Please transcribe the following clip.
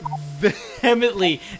vehemently